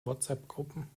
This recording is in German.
whatsappgruppen